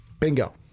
Bingo